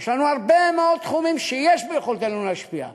יש הרבה מאוד תחומים שיש ביכולתנו להשפיע בהם,